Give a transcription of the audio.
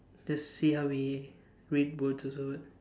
just see how we read words also